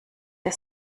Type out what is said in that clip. der